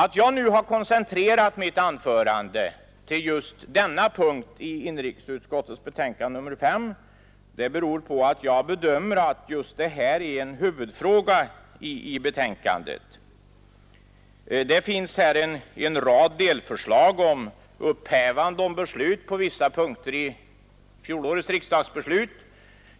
Att jag nu koncentrerar mitt anförande på just denna punkt i inrikesutskottets betänkande nr 5 beror på att jag bedömer det så att just detta är en huvudfråga i betänkandet. Det finns här en rad delförslag om upphävande av vissa av de beslut som fattades vid fjolårets riksdag.